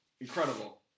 Incredible